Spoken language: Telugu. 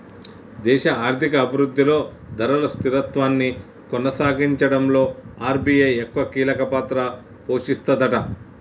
దేశ ఆర్థిక అభివృద్ధిలో ధరలు స్థిరత్వాన్ని కొనసాగించడంలో ఆర్.బి.ఐ ఎక్కువ కీలక పాత్ర పోషిస్తదట